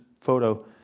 photo